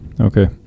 okay